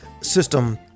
system